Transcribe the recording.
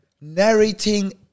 narrating